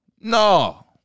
No